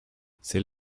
c’est